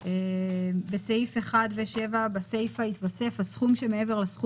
זה אי אפשר ככה לעשות כל רגע הפסקה של עוד חצי שעה ועוד